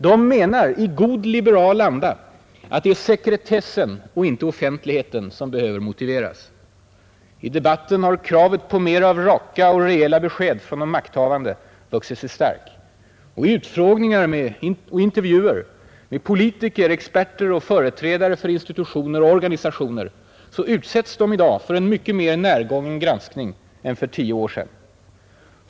De menar i god liberal anda att det är sekretessen och inte offentligheten som behöver motiveras. I debatten har kravet på mer av raka och rejäla besked från de makthavande vuxit sig starkt. I utfrågningar och intervjuer utsätts politiker, experter och företrädare för institutioner och organisationer i dag för en mycket mer närgången granskning än för tio år sedan.